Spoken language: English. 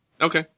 Okay